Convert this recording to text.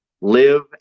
live